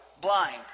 blind